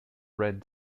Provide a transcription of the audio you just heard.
red